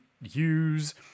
use